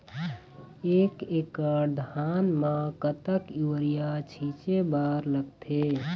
एक एकड़ धान म कतका यूरिया छींचे बर लगथे?